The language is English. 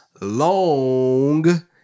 long